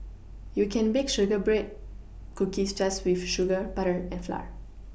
you can bake shortbread cookies just with sugar butter and flour